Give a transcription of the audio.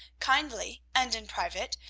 kindly and in private,